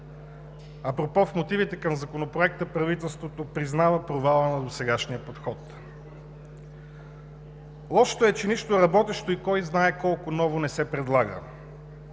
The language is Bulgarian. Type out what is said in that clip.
Апропо, в мотивите към Законопроекта правителството признава провала на досегашния подход. Лошото е, че нищо работещо и кой знае колко ново не се предлага.